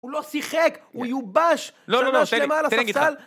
הוא לא שיחק, הוא יובש! עונה שלמה על הספסל...